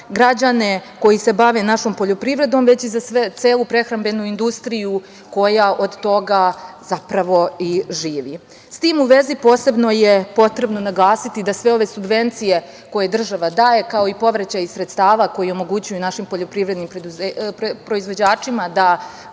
građane koji se bave našom poljoprivredom, već i za celu prehrambenu industriju koja od toga živi. S tim u vezi posebno je potrebno naglasiti da sve ove subvencije koje država daje, kao i povraćaj sredstava koji omogućuju našim poljoprivrednim proizvođačima da